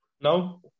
No